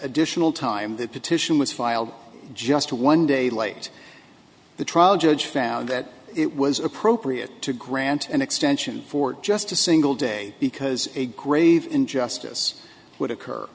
additional time the petition was filed just one day late the trial judge found that it was appropriate to grant an extension for just a single day because a grave injustice would occur